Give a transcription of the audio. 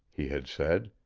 he had said.